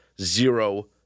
zero